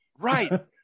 Right